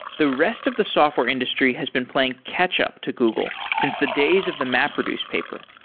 the rest of the software industry has been playing catch-up to google since the days of the mapreduce paper.